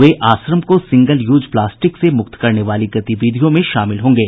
वे आश्रम को single use plastic से मुक्त करने वाली गतिविधियों में शामिल होंगे